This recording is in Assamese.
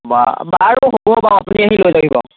বাৰু হ'ব বাৰু আপুনি আহি লৈ যাবহি অঁ